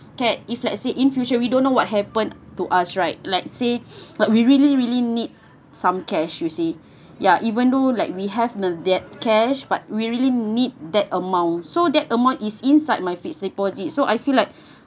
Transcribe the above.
can if let's say in future we don't know what happen to us right like say that we really really need some cash you see ya even though like we have no debt cash but we really need that amount so that amount is inside my fixed deposit so I feel like